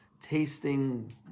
tasting